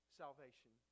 salvation